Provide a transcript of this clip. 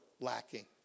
lacking